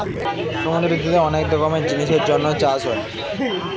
সমুদ্রতে অনেক রকমের জিনিসের জন্য চাষ হয়